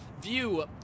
view